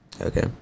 Okay